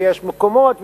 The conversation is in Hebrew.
ויש מקומות,